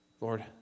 Lord